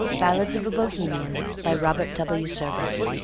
ballads of a bohemian by robert w. service